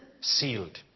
sealed